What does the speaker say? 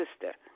sister